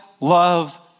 love